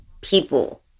people